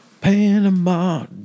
Panama